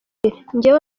njyewe